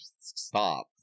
stop